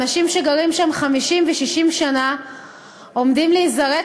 אנשים שגרים שם 50 ו-60 שנה עומדים להיזרק